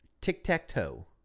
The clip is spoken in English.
Tic-tac-toe